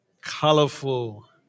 Colorful